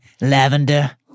lavender